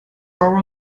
borrow